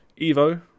Evo